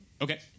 Okay